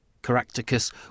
Caractacus